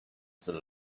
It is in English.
the